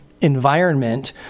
environment